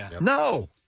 No